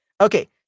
okay